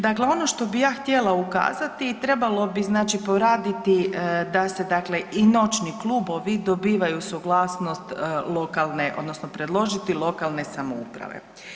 Dakle, ono što bih ja htjela ukazati i trebalo bi, znači poraditi da se dakle i noćni klubovi dobivaju suglasnost lokalne, odnosno predložiti, lokalne samouprave.